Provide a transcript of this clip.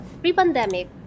pre-pandemic